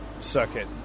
circuit